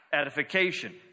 edification